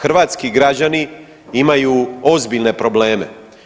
Hrvatski građani imaju ozbiljne probleme.